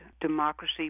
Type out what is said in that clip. democracy